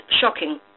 shocking